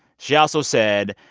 she also said,